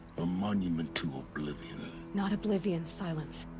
a monument to oblivion not oblivion, sylens.